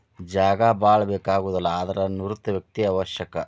ಜಾಗಾ ಬಾಳ ಬೇಕಾಗುದಿಲ್ಲಾ ಆದರ ನುರಿತ ವ್ಯಕ್ತಿ ಅವಶ್ಯಕ